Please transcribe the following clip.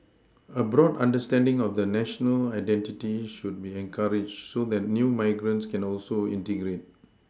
a broad understanding of the national identity should be encouraged so that new migrants can also integrate